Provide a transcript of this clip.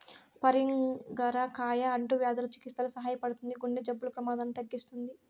పరింగర కాయ అంటువ్యాధుల చికిత్సలో సహాయపడుతుంది, గుండె జబ్బుల ప్రమాదాన్ని తగ్గిస్తుంది